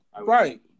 Right